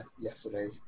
yesterday